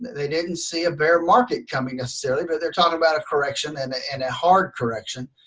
they didn't see a bear market coming, necessarily, but they're talking about a correction and ah and a hard correction.